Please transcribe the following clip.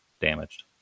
damaged